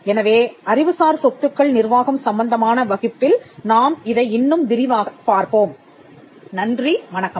எனவே அறிவுசார் சொத்துக்கள் நிர்வாகம் சம்பந்தமான வகுப்பில் நாம் இதை இன்னும் விரிவாகப் பார்ப்போம்